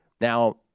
Now